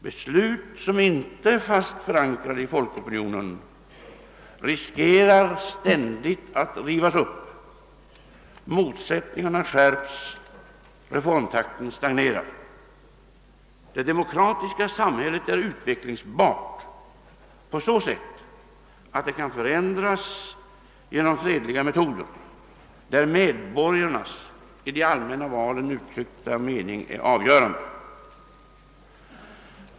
Beslut som inte är fast förankrade i folkopinionen riskerar ständigt att rivas upp. Motsättningarna skärps, reformtakten stagnerar. Det demokratiska samhället är utvecklingsbart på så sätt att det kan förändras med fredliga metoder, där medborgarnas i de allmänna valen uttryckta mening är avgörande.